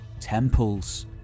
Temples